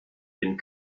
den